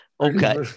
Okay